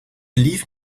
leave